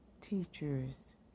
teachers